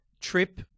trip